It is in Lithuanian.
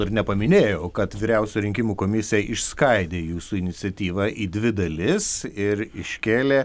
ir nepaminėjau kad vyriausioji rinkimų komisija išskaidė jūsų iniciatyvą į dvi dalis ir iškėlė